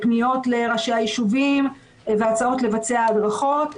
למשל פניות לראשי היישובים והצעות לבצע הדרכות.